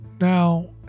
now